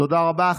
תודה רבה.